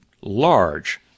large